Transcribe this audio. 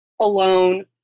alone